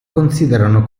considerano